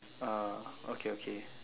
ah okay okay